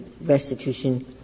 restitution